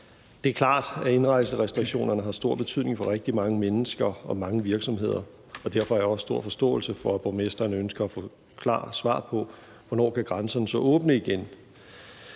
Det er klart, at indrejserestriktionerne har stor betydning for rigtig mange mennesker og mange virksomheder, og derfor har jeg også stor forståelse for, at borgmestrene ønsker at få et klart svar på, hvornår grænserne så kan åbne igen.